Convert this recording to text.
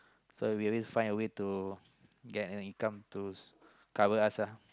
so we always find a way to get an income to cover us ah